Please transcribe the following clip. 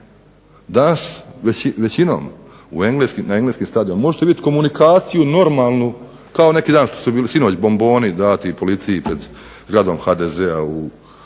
Danas većino na engleskim stadionima možete vidjeti komunikaciju normalnu kao neki dan što su bili, sinoć dati bomboni dati policiji pred zgradom HDZ-a